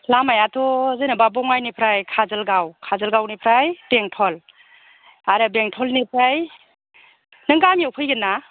लामायाथ' जेनबा बङाइनिफ्राय काजलगाव काजलगावनिफ्राय बेंटल आरो बेंटलनिफ्राय नों गामियाव फैगोन ना